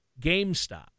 GameStop